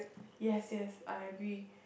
yes yes I agree